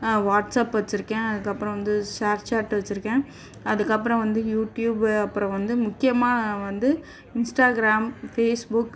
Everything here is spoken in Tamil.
வாட்ஸ் அப் வச்சுருக்கேன் அதற்கப்பறம் வந்து ஷேர் சாட் வச்சுருக்கேன் அதற்கப்பறம் வந்து யூடியூப்பு அப்புறம் வந்து முக்கியமாக வந்து இன்ஸ்ட்டாக்ராம் ஃபேஸ்புக்